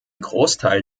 großteil